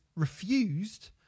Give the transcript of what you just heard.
Refused